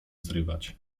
zrywać